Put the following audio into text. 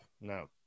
No